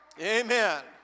Amen